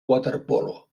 waterpolo